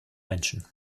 menschen